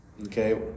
Okay